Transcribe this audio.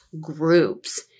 groups